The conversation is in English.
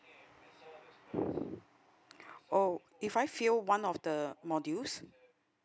oh if I fail one of the modules